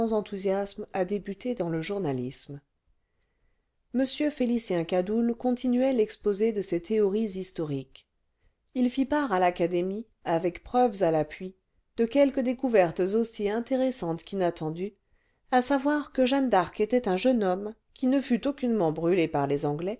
enthousiasme à débuter dans le journalisme m félicien cadoul continuait l'exposé de ses théories historiques il fit part à l'académie avec preuves à l'appui de quelques découvertes aussi intéressantes qu'inattendues à savoir que jeanne d'arc était un jeune homme qui ne fut aucunement brûlé par les anglais